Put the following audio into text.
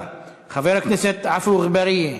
2439, 2452, 2451,